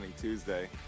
Tuesday